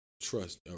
trust